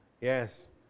Yes